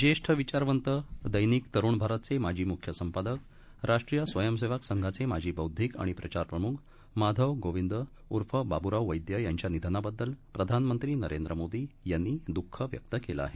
ज्येष्ठविचारवंत दैनिकतरुणभारतचेमाजीमुख्यसंपादक राष्ट्रीयस्वयंसेवकसंघाचेमाजीबौद्धिकआणिप्रचारप्रमुखमाधवगोविंदउर्फबाबुराववैद्ययांच्यानिधनाबद्दलप्रधानमंत्रीनरेंद्रमोदीयांनीदुःखव्यक्तके लंआहे